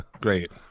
Great